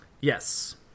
Yes